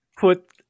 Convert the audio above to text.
put